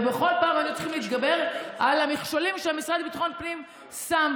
ובכל פעם היינו צריכים להתגבר על המכשולים שהמשרד לביטחון פנים שם.